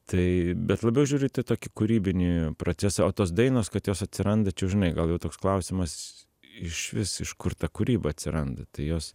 tai bet labiau žiūriu į tą tokį kūrybinį procesą o tos dainos kad jos atsiranda čia jau žinai gal jau toks klausimas išvis iš kur ta kūryba atsiranda tai jos